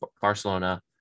Barcelona